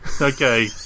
Okay